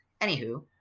Anywho